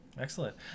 excellent